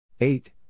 Eight